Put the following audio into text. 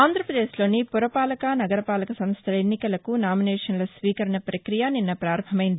ఆంధ్రప్రదేశ్లోని ఫురపాలక నగర పాలక సంస్టల ఎన్నికలకు నామినేషన్ల స్వీకరణ ప్రక్రియ నిన్న ప్రారంభమైంది